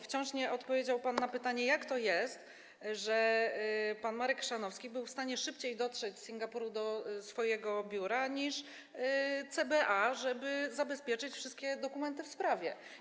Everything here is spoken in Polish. Wciąż nie odpowiedział pan na pytanie, jak to jest, że pan Marek Chrzanowski był w stanie szybciej dotrzeć z Singapuru do swojego biura niż CBA, żeby zabezpieczyć wszystkie dokumenty w sprawie.